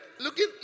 looking